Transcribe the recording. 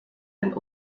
ein